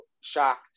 shocked